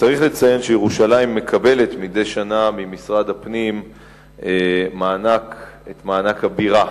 צריך לציין שירושלים מקבלת מדי שנה ממשרד הפנים את מענק הבירה.